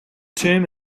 term